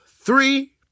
three